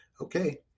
Okay